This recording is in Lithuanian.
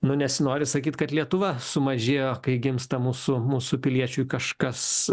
nu nesinori sakyt kad lietuva sumažėjo kai gimsta mūsų mūsų piliečiui kažkas